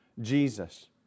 Jesus